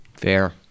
Fair